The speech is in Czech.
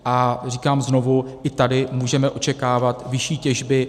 A říkám znovu, i tady můžeme očekávat vyšší těžby.